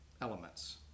elements